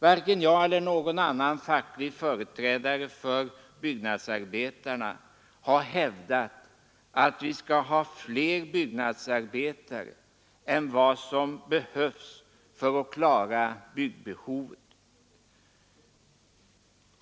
Varken jag eller någon annan facklig företrädare för byggnadsarbetarna har hävdat att vi skall ha fler byggnadsarbetare än vad som behövs för att klara byggbehovet.